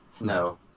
No